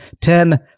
ten